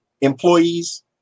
employees